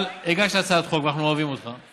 אבל הגשת הצעת חוק, ואנחנו אוהבים אותך.